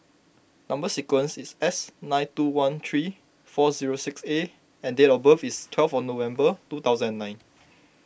Number Sequence is S nine two one three four zero six A and date of birth is twelve of November two thousand and nine